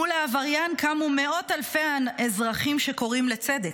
מול העבריין קמו מאות אלפי אזרחים שקוראים לצדק,